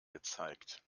gezeigt